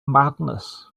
madness